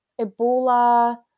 Ebola